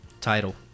title